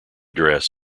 dress